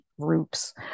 groups